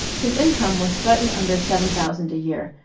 his income was slightly under seven thousand a year,